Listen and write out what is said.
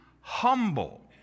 humble